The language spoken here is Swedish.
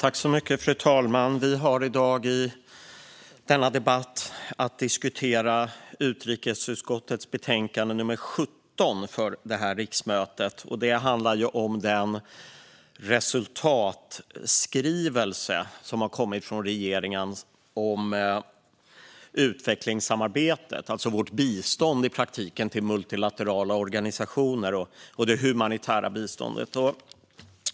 Fru talman! Vi har i dag, i denna debatt, att diskutera utrikesutskottets betänkande nr 17 för detta riksmöte. Det handlar om regeringens resultatskrivelse om utvecklingssamarbetet. Det gäller alltså i praktiken vårt bistånd till multilaterala organisationer och det humanitära biståndet.